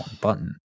button